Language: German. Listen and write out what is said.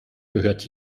gehört